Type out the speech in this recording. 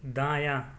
دایاں